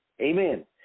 Amen